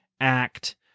act